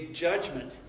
judgment